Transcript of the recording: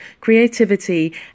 creativity